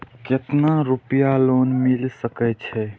केतना रूपया लोन मिल सके छै?